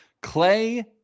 Clay